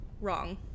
Wrong